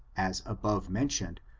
as above mentioned,